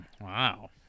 Wow